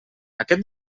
aquest